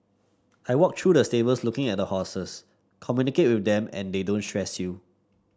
I walk through the stables looking at the horses them and they don't stress you